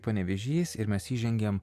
panevėžys ir mes įžengiam